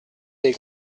des